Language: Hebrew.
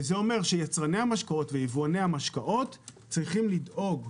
זה אומר שבאחריותם של יצרני המשקאות והיבואנים שלהם צריכים לדאוג,